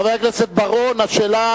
חבר הכנסת בר-און, השאלה